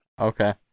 Okay